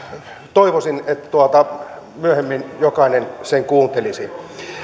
toivoisin että myöhemmin jokainen sen kuuntelisi